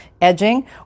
edging